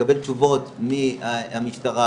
נקבל תשובות מהמשטרה,